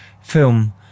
film